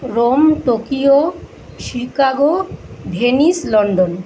Rome Tokyo Chicago Venice London